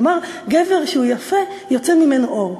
כלומר גבר שהוא יפה, יוצא ממנו אור.